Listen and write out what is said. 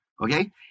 okay